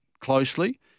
closely